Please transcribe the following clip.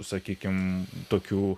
sakykim tokių